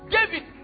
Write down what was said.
David